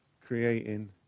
creating